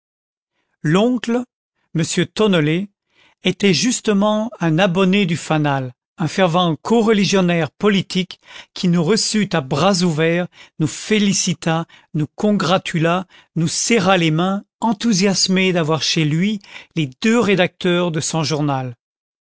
l'oncle m tonnelet était justement un abonné du fanal un fervent coreligionnaire politique qui nous reçut à bras ouverts nous félicita nous congratula nous serra les mains enthousiasmé d'avoir chez lui les deux rédacteurs de son journal